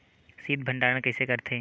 शीत भंडारण कइसे करथे?